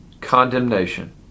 condemnation